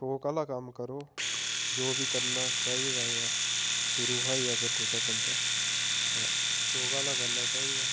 शौंक आह्ला कम्म करो जो बी करना चाहिदा होऐ शुरू हा अगर कुसै बन्दे तां शौंक आह्ला करना चाहिदा